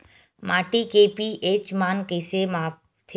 माटी के पी.एच मान कइसे मापथे?